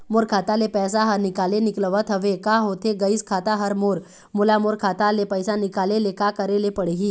मोर खाता ले पैसा हर निकाले निकलत हवे, का होथे गइस खाता हर मोर, मोला मोर खाता ले पैसा निकाले ले का करे ले पड़ही?